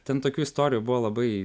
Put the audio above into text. ten tokių istorijų buvo labai